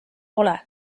pole